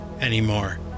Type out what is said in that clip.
anymore